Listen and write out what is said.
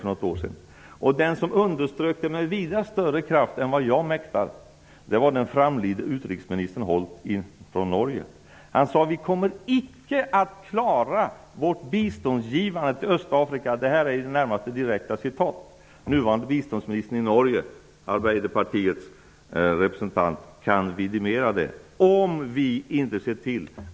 Den som underströk dessa synpunkter med vida större kraft än vad jag mäktar var den framlidne utrikesministern Holt från Norge. Han sade, och det är närmast ett direkt citat: Vi kommer icke att klara vårt biståndsgivande till Östafrika, om vi inte vågar vara självkritiska när det gäller detta bistånd.